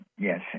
Yes